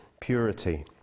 purity